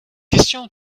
question